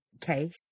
case